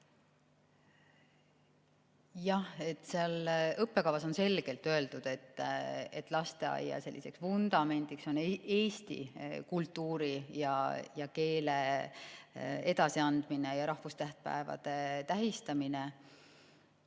Jah, seal õppekavas on selgelt öeldud, et lasteaia vundamendiks on eesti kultuuri ja keele edasiandmine ning rahvustähtpäevade tähistamine.